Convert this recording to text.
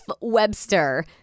Webster